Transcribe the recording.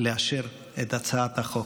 לאשר את הצעת החוק.